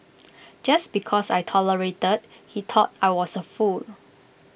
just because I tolerated he thought I was A fool